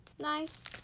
nice